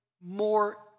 more